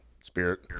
spirit